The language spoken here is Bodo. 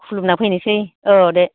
खुलुमना फैनोसै औ दे